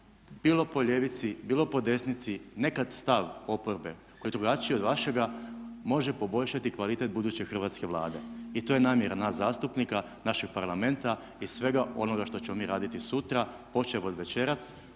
bilo po ljevici, bilo po desnici, nekad stav oporbe koji je drugačiji od vašega može poboljšati kvalitetu buduće hrvatske Vlade. I to je namjera naš zastupnika, našeg Parlamenta i svega onoga što ćemo mi raditi sutra, počev od večeras